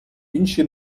інші